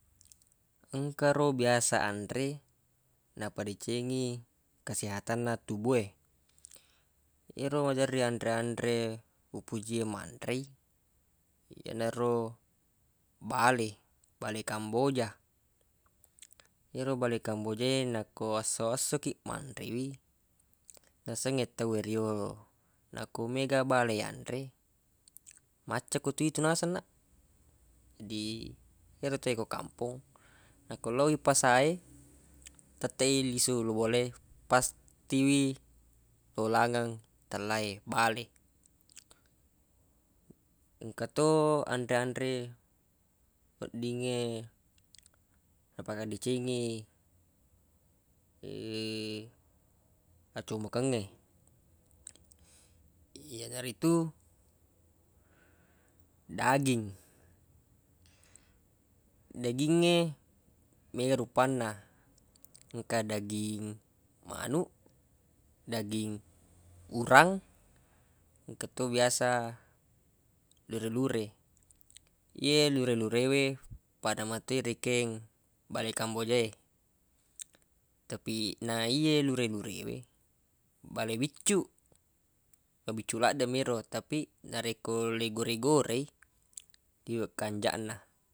Engka ro biasa anre napadecengi kasehatanna tubu e yero maderri anre-anre upojie manre i yenaro bale bale kamboja ero bale kamboja e nakko esso-esso kiq manre wi nasengnge tawwe riyolo nakko mega bale yanre macca ko tu itu naseng naq jadi ero tawwe ko kampong nakko lowwi ko pasa e tette i lisu lo bola we pastiwi lolangeng tella e bale engka to anre-anre weddingnge makadecengi acommokengnge yenaritu daging dagingnge mega rupanna engka daging manuq daging urang engka to biasa lure-lure ye lure-lure we pada matoi rekeng bale kamboja e tapi na iyye lure-lure we bale biccuq mabiccuq laddeq mi ero tapi narekko le gore-gore i liweq kanjaq na.